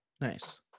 Nice